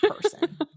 person